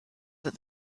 that